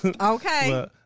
Okay